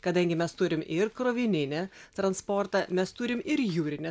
kadangi mes turim ir krovininį transportą mes turim ir jūrinį